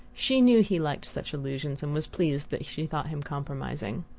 she knew he liked such allusions, and was pleased that she thought him compromising.